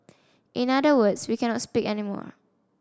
in other words we cannot speak any more